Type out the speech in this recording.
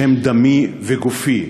בשם דמי וגופי,